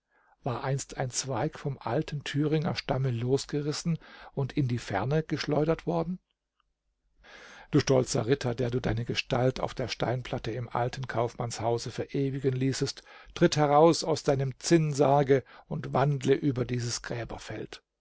war einst ein zweig vom alten thüringer stamme losgerissen und in die ferne geschleudert worden du stolzer ritter der du deine gestalt auf der steinplatte im alten kaufmannshause verewigen ließest tritt heraus aus deinem zinnsarge und wandle über dies